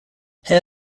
hair